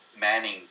manning